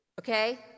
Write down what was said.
okay